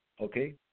okay